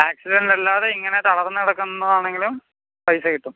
accident അല്ലാതെ ഇങ്ങനെ തളർന്ന് കിടക്കുന്നതാണങ്കിലും പൈസ കിട്ടും